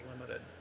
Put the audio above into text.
limited